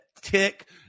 tick